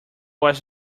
was